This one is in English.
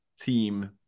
team